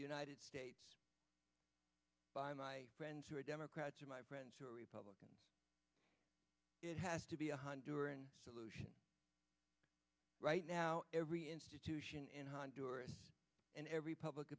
united states by my friends who are democrats or my friends who are republican it has to be a honduran solution right now every institution in honduras in every public